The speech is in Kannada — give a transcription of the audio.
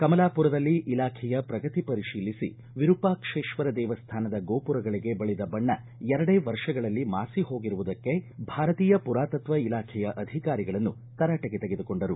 ಕಮಲಾಪುರದಲ್ಲಿ ಇಲಾಖೆಯ ಪ್ರಗತಿ ಪರಿಶೀಲಿಸಿ ವಿರೂಪಾಕ್ಷೇಶ್ವರ ದೇವಸ್ಥಾನದ ಗೋಪುರಗಳಿಗೆ ಬಳಿದ ಬಣ್ಣ ಎರಡೇ ವರ್ಷಗಳಲ್ಲಿ ಮಾಸಿ ಹೋಗಿರುವುದಕ್ಕೆ ಭಾರತೀಯ ಪುರಾತತ್ವ ಇಲಾಖೆಯ ಅಧಿಕಾರಿಗಳನ್ನು ತರಾಟೆಗೆ ತೆಗೆದುಕೊಂಡರು